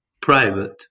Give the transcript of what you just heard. private